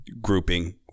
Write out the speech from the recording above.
grouping